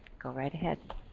go right ahead.